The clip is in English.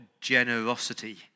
generosity